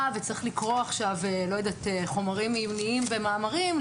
וצריך לקרוא עכשיו חומרים עיוניים ומאמרים,